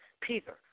Peter